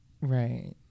Right